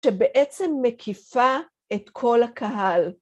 שבעצם מקיפה את כל הקהל.